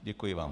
Děkuji vám.